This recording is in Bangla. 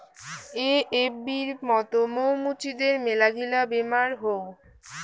এ.এফ.বির মত মৌ মুচিদের মেলাগিলা বেমার হউ